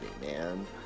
man